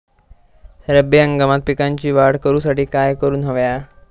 रब्बी हंगामात पिकांची वाढ करूसाठी काय करून हव्या?